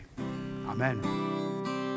Amen